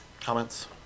comments